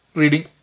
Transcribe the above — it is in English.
reading